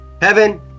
Heaven